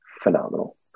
phenomenal